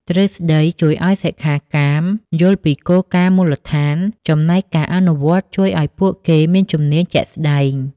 ទ្រឹស្ដីជួយឱ្យសិក្ខាកាមយល់ពីគោលការណ៍មូលដ្ឋាន ចំណែកការអនុវត្តន៍ជួយឱ្យពួកគេមានជំនាញជាក់ស្តែង។